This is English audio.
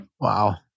Wow